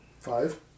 Five